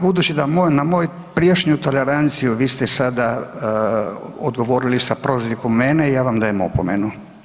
Budući da na moju prijašnju toleranciju, vi ste sada odgovorili sa prozivkom mene, ja vam dajem opomenu.